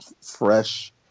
fresh